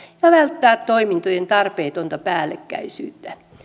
ja välttää toimintojen tarpeetonta päällekkäisyyttä